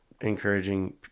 encouraging